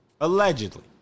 Allegedly